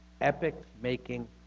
epic-making